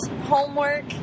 homework